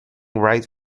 wright